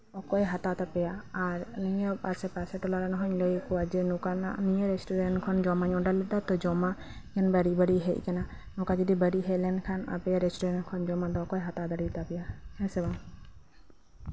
ᱚᱠᱚᱭ ᱦᱟᱛᱟᱣ ᱛᱟᱯᱮᱭᱟ ᱟᱨ ᱯᱟᱥᱮᱨ ᱴᱚᱞᱟᱨᱮ ᱞᱟᱹᱭ ᱟᱠᱚᱣᱟ ᱱᱤᱭᱟᱹ ᱨᱮᱥᱴᱩᱨᱮᱱᱴ ᱠᱷᱚᱱ ᱱᱚᱰᱮ ᱞᱮᱠᱟᱫᱚ ᱡᱚᱢᱟᱜ ᱵᱟᱹᱲᱤᱡ ᱵᱟᱹᱲᱤᱡ ᱦᱮᱡ ᱠᱟᱱᱟ ᱱᱚᱝᱠᱟ ᱡᱚᱫᱤ ᱵᱟᱹᱲᱤᱡ ᱵᱟᱹ ᱲᱤᱡ ᱦᱮᱡ ᱞᱮᱱᱠᱷᱟᱱ ᱟᱯᱮ ᱨᱮᱥᱴᱩᱨᱮᱱᱴ ᱠᱷᱚᱱ ᱡᱚᱢᱟᱜ ᱫᱚ ᱚᱠᱚᱭ ᱦᱟᱛᱟᱣ ᱫᱟᱲᱮ ᱛᱟᱯᱮᱭᱟ ᱦᱮᱸ ᱥᱮ ᱵᱟᱝ